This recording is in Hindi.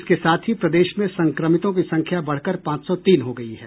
इसके साथ ही प्रदेश में संक्रमितों की संख्या बढ़कर पांच सौ तीन हो गयी है